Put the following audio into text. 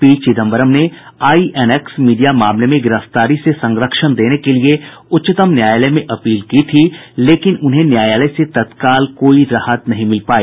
P Chidambaram ने INX media मामले में गिरफ्तारी से संरक्षण देने के लिए उच्चतम न्यायालय में अपील की थी लेकिन उन्हें न्यायालय से तत्काल कोई राहत नहीं मिल पाई